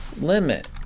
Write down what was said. limit